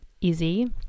easy